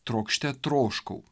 trokšte troškau